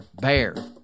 BEAR